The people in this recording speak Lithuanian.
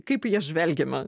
kaip į jas žvelgiama